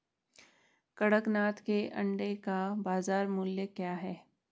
कड़कनाथ के अंडे का बाज़ार मूल्य क्या है?